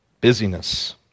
Busyness